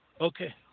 Okay